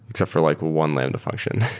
except for like one lambda function.